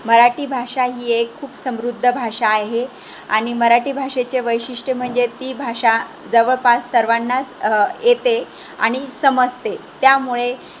मराठी भाषा ही एक खूप समृद्ध भाषा आहे आणि मराठी भाषेचे वैशिष्ट्य म्हणजे ती भाषा जवळपास सर्वानांच येते आणि समजते त्यामुळे